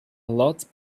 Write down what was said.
lot